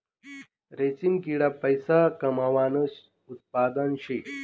रेशीम किडा पैसा कमावानं उत्पादन शे